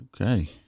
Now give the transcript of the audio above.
Okay